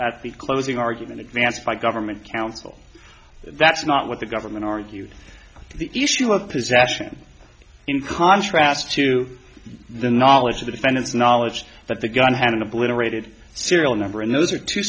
the closing argument advanced by government counsel that's not what the government argued the issue of possession in contrast to the knowledge of the defendant's knowledge that the gun had obliterated serial number and those are two